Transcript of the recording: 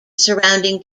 surrounding